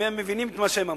אם הם מבינים את מה שהם אמרו,